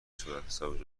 صورتحساب